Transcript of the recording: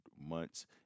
months